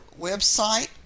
website